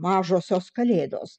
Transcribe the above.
mažosios kalėdos